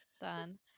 done